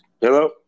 Hello